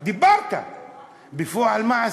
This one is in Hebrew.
דיברת, אבל בפועל מה עשית,